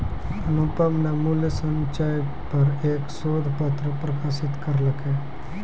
अनुपम न मूल्य संचय पर एक शोध पत्र प्रकाशित करलकय